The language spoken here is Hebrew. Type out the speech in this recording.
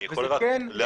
אני יכול רק להשלים?